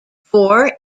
four